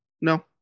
No